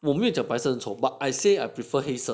我没有讲白色丑 I say I prefer 黑色